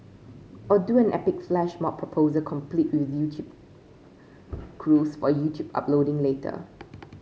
or do an epic flash mob proposal complete with crews for YouTube uploading later